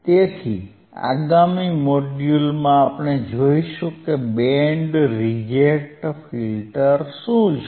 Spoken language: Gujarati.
તેથી આગામી મોડ્યુલમાં આપણે જોઈશું કે બેન્ડ રિજેક્ટ ફિલ્ટર શું છે